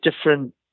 different